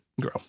grow